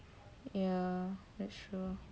ya that's true